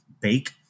bake